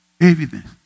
Evidence